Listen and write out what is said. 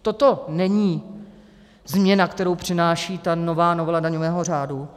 Toto není změna, kterou přináší nová novela daňového řádu.